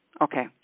Okay